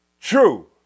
True